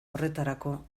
horretarako